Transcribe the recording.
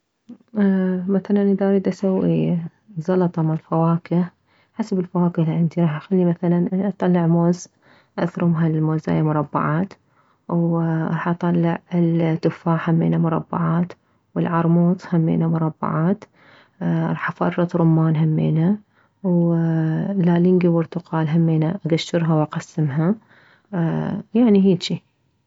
مثلا اذا اريد اسوي زلطة مالفواكه حسب الفواكه العندي راح اخلي مثلا اطلع موز اثرمها للموزاية مربعات وراح اطلع التفاح همينه مربعات والعرموط همينه مربعات راح افرط رمان همينه ولالنكي وبرتقال همينه اكشرها واقسمها يعني هيجي